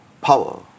power